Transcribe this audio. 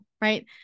right